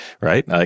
right